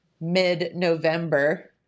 mid-November